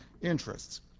interests